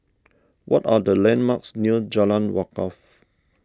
what are the landmarks near Jalan Wakaff